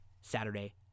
Saturday